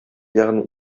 ягъни